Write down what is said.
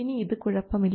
ഇനി ഇത് കുഴപ്പമില്ല